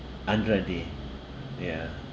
andra day ya